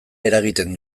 eragiten